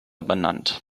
benannt